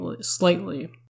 slightly